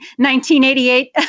1988